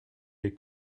les